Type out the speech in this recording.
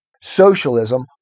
socialism